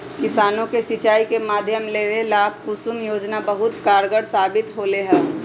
किसानों के सिंचाई के माध्यम देवे ला कुसुम योजना बहुत कारगार साबित होले है